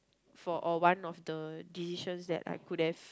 for uh one of the decisions that I could have